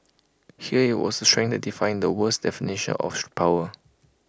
here was strength that defied the world's definition of power